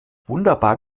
wunderbar